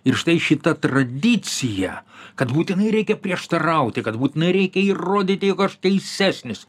ir štai šita tradicija kad būtinai reikia prieštarauti kad būtinai reikia įrodyti jog aš teisesnis